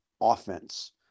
offense